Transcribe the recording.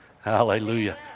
Hallelujah